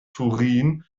turin